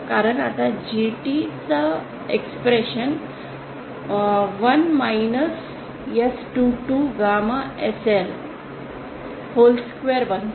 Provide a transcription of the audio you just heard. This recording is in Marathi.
कारण आता GT च expression 1 minus S22 gamma SL whole square बनते